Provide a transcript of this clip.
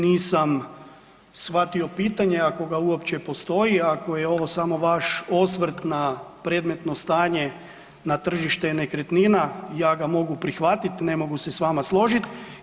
Nisam shvatio pitanje ako ga uopće postoji, ako je ovo samo vaš osvrt na predmetno stanje na tržište nekretnina ja ga mogu prihvati, ne mogu se s vama složit.